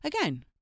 again